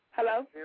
Hello